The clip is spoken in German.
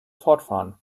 fortfahren